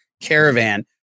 caravan